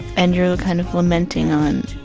and you're kind of lamenting on,